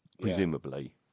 presumably